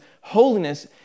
holiness